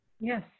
Yes